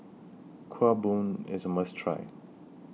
Kuih Bom IS A must Try